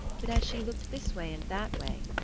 but as she looked this way and that way,